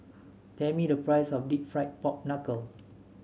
tell me the price of deep fried Pork Knuckle